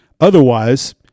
Otherwise